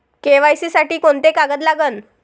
KYC साठी कोंते कागद लागन?